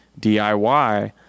DIY